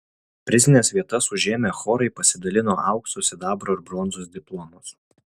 prizines vietas užėmę chorai pasidalino aukso sidabro ir bronzos diplomus